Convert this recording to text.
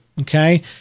Okay